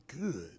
good